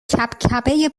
کبکبه